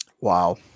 Wow